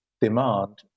demand